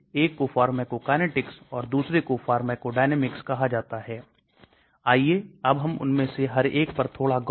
फिर से यह prodrug है और जैसा कि आप देख सकते हैं कि दवा सक्रिय होने से पहले आवश्यक रूप से टूट जाना चाहिए